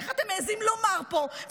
איך אתם מעיזים לומר פה,